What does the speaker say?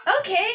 Okay